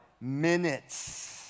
minutes